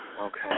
Okay